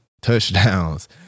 touchdowns